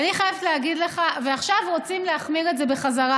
עכשיו רוצים להחמיר את זה בחזרה,